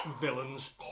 villains